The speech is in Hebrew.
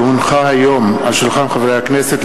כי הונחה היום על שולחן הכנסת,